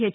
H